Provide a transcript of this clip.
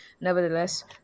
nevertheless